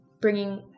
bringing